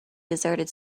deserted